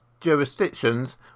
jurisdictions